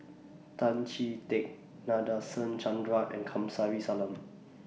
Tan Chee Teck Nadasen Chandra and Kamsari Salam